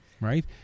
right